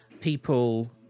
people